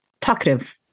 talkative